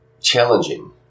challenging